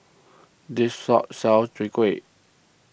this shop sells Chwee Kueh